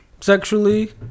Sexually